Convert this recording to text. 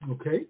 Okay